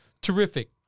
terrific